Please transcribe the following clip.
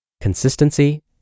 Consistency